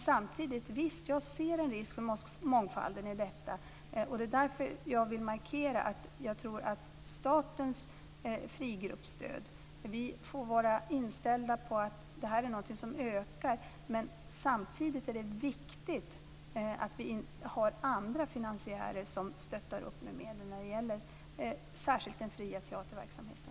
Samtidigt ser jag en risk för mångfalden. Det är därför som jag vill markera att jag tror att vi får vara inställda på att statens stöd till fria grupper ökar, men samtidigt är det viktigt att det finns andra finansiärer som är med och stöder särskilt den fria teaterverksamheten.